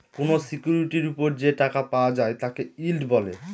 কোনো সিকিউরিটির ওপর যে টাকা পাওয়া যায় তাকে ইল্ড বলে